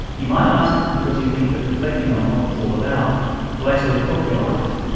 you might ask it because you think that reflecting on what it's all about will actually help your life,